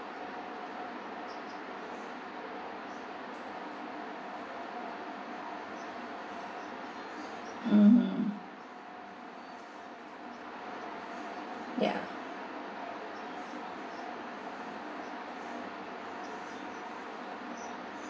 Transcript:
mmhmm ya